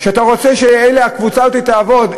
אתה רוצה שהקבוצה הזאת תעבוד.